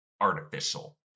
artificial